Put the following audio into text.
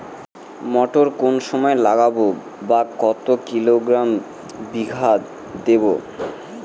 মটর কোন সময় লাগাবো বা কতো কিলোগ্রাম বিঘা দেবো?